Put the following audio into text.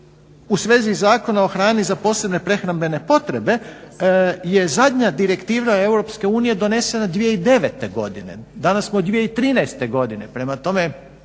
u svezi Zakona o hrani za posebne prehrambene potrebe je zadnja direktiva EU donesena 2009.godine. Danas smo u 2013.godine prema tome